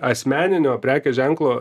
asmeninio prekės ženklo